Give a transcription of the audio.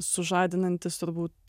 sužadinantis turbūt